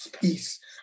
Peace